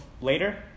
later